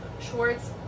Schwartz